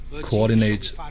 coordinate